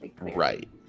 Right